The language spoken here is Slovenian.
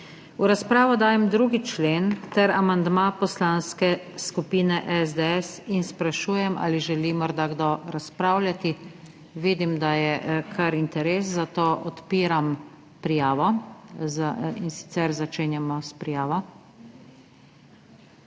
V razpravo dajem 2. člen ter amandma Poslanske skupine SDS in sprašujem, ali želi morda kdo razpravljati? Vidim, da je kar interes, zato odpiram prijave, in sicer začenjamo s prijavo.